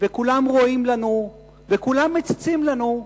וכולם רואים לנו, וכולם מציצים לנו,